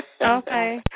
Okay